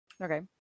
Okay